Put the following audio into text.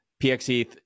PxEth